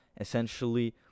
essentially